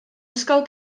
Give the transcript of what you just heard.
ysgol